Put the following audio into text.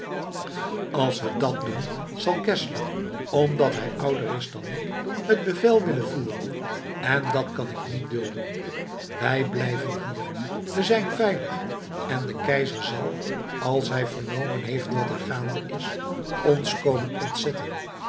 als we dat doen zal geszler omdat hij ouder is dan ik het bevel willen voeren en dat kan ik niet dulden wij blijven hier we zijn veilig en de keizer zal als hij vernomen heeft wat er gaande is ons komen ontzetten